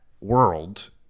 world